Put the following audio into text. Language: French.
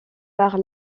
par